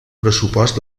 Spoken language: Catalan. pressupost